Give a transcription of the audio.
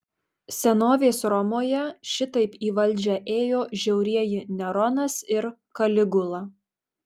senovės romoje šitaip į valdžią ėjo žiaurieji neronas ir kaligula